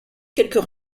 quelques